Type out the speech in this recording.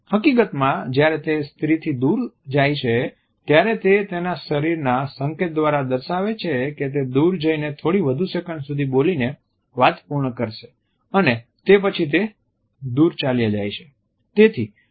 હકીકતમાં જ્યારે તે સ્ત્રીથી દૂર જાય છે ત્યારે તે તેના શરીરના સંકેત દ્વારા દર્શાવે છે કે તે દૂર જઈને થોડી વધુ સેકંડ સુધી બોલીને વાત પૂર્ણ કરશે અને તે પછી તે દૂર ચાલ્યા જાય છે